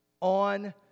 on